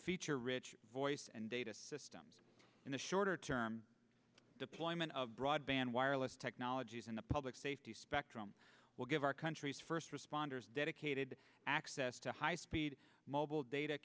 feature rich voice and data systems in the shorter term deployment of broadband wireless technologies and the public safety spectrum will give our country's first responders dedicated access to high speed mobile data